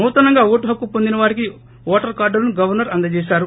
నూతనంగా ఓటు హక్కు వొందిన వారికి ఓటరు కార్డులను గవర్సర్ అందచేశారు